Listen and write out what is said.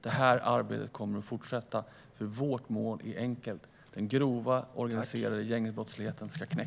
Detta arbete kommer att fortsätta, för vårt mål är enkelt: Den grova organiserade gängbrottsligheten ska knäckas.